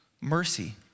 Mercy